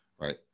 Right